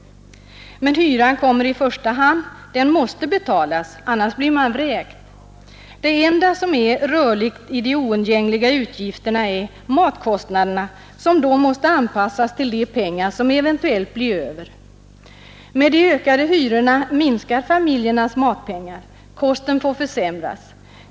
Men hyran kommer i första hand. Den måste betalas, annars blir man vräkt. Det enda som är rörligt i de oundgängliga utgifterna är matkostnaderna, som då måste anpassas till de pengar som eventuellt blir över. Med de ökande hyrorna minskar familjernas matpengar. Kosten får försämras.